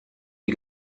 die